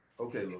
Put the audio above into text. Okay